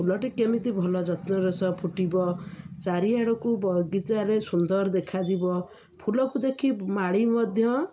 ଫୁଲଟି କେମିତି ଭଲ ଯତ୍ନର ସ ଫୁଟିବ ଚାରିଆଡ଼କୁ ବଗିଚାରେ ସୁନ୍ଦର ଦେଖାଯିବ ଫୁଲକୁ ଦେଖି ମାଳି ମଧ୍ୟ